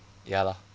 ya lah